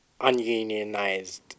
ununionized